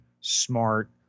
smart